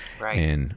Right